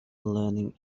learning